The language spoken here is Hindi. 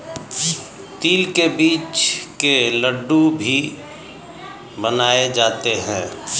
तिल के बीज के लड्डू भी बनाए जाते हैं